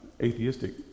atheistic